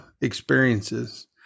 experiences